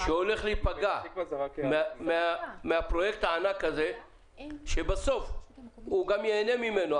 שהולך להיפגע מהפרויקט הענק הזה בסוף גם ייהנה ממנו,